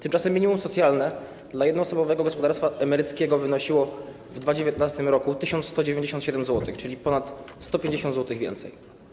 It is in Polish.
Tymczasem minimum socjalne dla jednoosobowego gospodarstwa emeryckiego wynosiło w 2019 r. 1197 zł, czyli ponad 150 zł więcej.